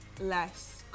less